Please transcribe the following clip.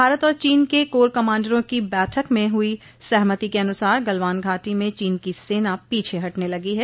भारत और चीन के कोर कमांडरों की बैठक में हुई सहमति के अनुसार गलवान घाटी में चीन की सेना पीछे हटने लगी है